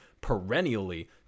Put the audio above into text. perennially